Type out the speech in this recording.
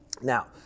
Now